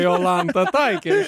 jolanta taikė